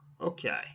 okay